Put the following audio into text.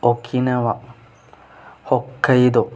Okinawa ഒക്കൈതു